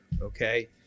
okay